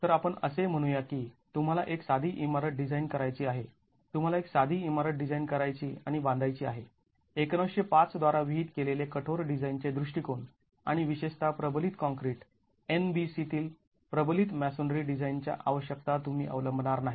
तर आपण असे म्हणू या की तुम्हाला एक साधी इमारत डिझाईन करायची आहे तुम्हाला एक साधी इमारत डिझाईन करायची आणि बांधायची आहे १९०५ द्वारा विहित केलेले कठोर डिजाईनचे दृष्टिकोन आणि विशेषतः प्रबलित काँक्रीट NBC तील प्रबलित मॅसोनरी डिझाईन च्या आवश्यकता तुम्ही अवलंबणार नाहीत